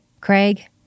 Craig